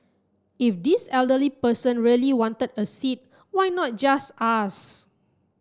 if this elderly person really wanted a seat why not just ask